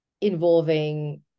involving